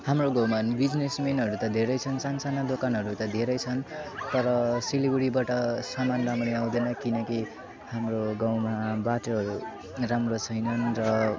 हाम्रो गाउँमा बिजिनेसमेनहरू त धेरै छन् सानसाना दोकानहरू त धेरै छन् तर सिलगढीबाट सामान राम्ररी आउँदैन किनकि हाम्रो गाउँमा बाटोहरू राम्रो छैनन् र